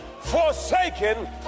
forsaken